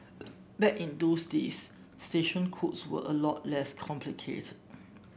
back in those days station codes were a lot less complicated